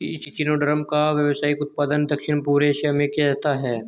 echinoderm का व्यावसायिक उत्पादन दक्षिण पूर्व एशिया में किया जाता है